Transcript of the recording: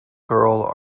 girl